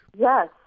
Yes